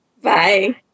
Bye